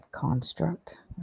construct